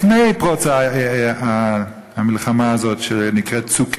לפני פרוץ המלחמה הזאת שנקראת "צוק איתן"